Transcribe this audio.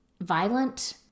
violent